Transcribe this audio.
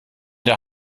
der